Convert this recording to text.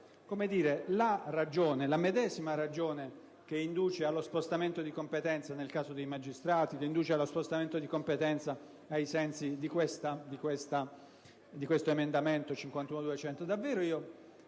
la medesima ragione che induce allo spostamento di competenza nel caso dei magistrati, o che induce allo spostamento di competenza ai sensi di questo emendamento 51.200 (testo